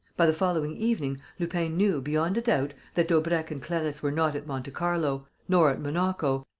by the following evening, lupin knew, beyond a doubt, that daubrecq and clarisse were not at monte carlo, nor at monaco,